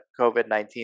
COVID-19